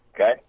Okay